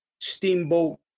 Steamboat